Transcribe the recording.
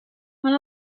one